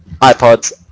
iPods